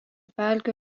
pelkių